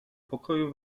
pokoju